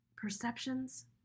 Perceptions